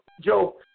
Joe